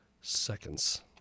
seconds